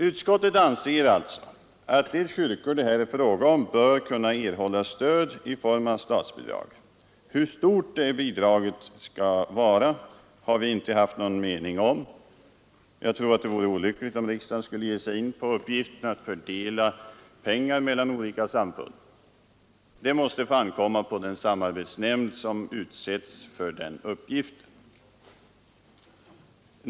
Utskottet anser alltså att de kyrkor det här är fråga om bör kunna erhålla stöd i form av statsbidrag. Hur stort det bidraget skall vara har vi inte haft någon mening om. Jag tror att det vore olyckligt om riksdagen skulle ge sig in på uppgiften att fördela pengar mellan olika samfund. Det måste få ankomma på den samarbetsnämnd som utsetts för den uppgiften.